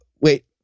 wait